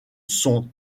sont